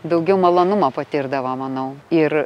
daugiau malonumo patirdavo manau ir